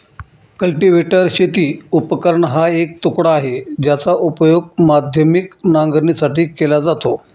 cultivator शेती उपकरण हा एक तुकडा आहे, ज्याचा उपयोग माध्यमिक नांगरणीसाठी केला जातो